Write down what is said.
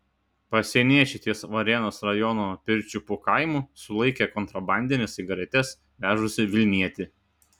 pasieniečiai ties varėnos rajono pirčiupių kaimu sulaikė kontrabandines cigaretes vežusį vilnietį